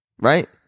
right